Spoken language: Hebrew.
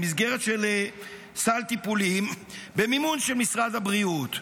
במסגרת סל טיפולים במימון משרד הבריאות.